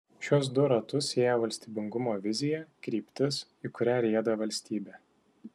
šiuos du ratus sieja valstybingumo vizija kryptis į kurią rieda valstybė